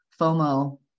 FOMO